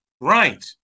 Right